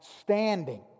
standing